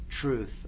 truth